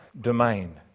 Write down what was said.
domain